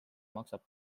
maksab